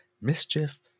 Mischief